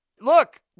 look